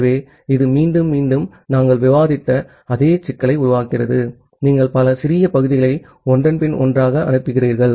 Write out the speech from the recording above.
ஆகவே இது மீண்டும் மீண்டும் நாம் விவாதித்த அதே சிக்கலை உருவாக்குகிறது நீங்கள் பல சிறிய பகுதிகளை ஒன்றன்பின் ஒன்றாக அனுப்புகிறீர்கள்